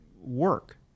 work